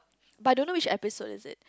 but I don't know which episode is it